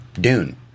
Dune